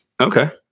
Okay